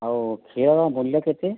ଆଉ କ୍ଷୀରର ମୂଲ୍ୟ କେତେ